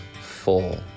full